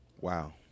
Wow